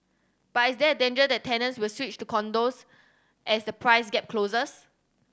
but is there a danger that tenants will switch to condos as the price gap closes